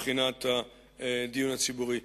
מבחינת הדיון הציבורי.